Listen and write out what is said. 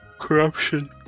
Corruption